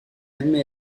admet